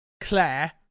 Claire